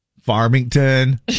Farmington